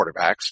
quarterbacks